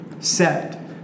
set